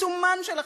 בעיצומן של החקירות,